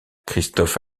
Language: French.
christophe